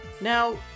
Now